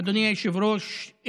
אדוני היושב-ראש,